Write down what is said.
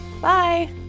Bye